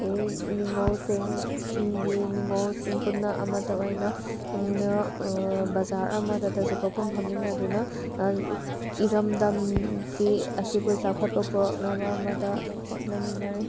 ꯅꯤꯡꯉꯣꯜꯁꯤꯡ ꯆꯤꯡꯒꯤ ꯅꯤꯡꯉꯣꯜꯁꯤꯡ ꯄꯨꯟꯅ ꯑꯃꯇ ꯑꯣꯏꯅ ꯕꯖꯥꯔ ꯑꯃꯇꯗꯁꯨ ꯄꯣꯠꯐꯝ ꯐꯝꯃꯤꯟꯅꯗꯨꯅ ꯏꯔꯝꯗꯝꯁꯤ ꯑꯁꯤꯕꯨ ꯆꯥꯎꯈꯠꯄ ꯄꯨꯔꯛꯅꯕ ꯑꯃꯗ ꯍꯣꯠꯅꯃꯤꯟꯅꯔꯤ